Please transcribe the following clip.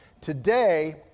Today